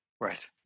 Right